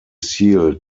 sealed